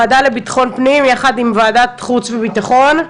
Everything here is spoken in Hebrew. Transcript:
לוועדה לביטחון הפנים וועדת החוץ והביטחון.